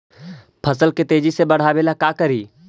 फसल के तेजी से बढ़ाबे ला का करि?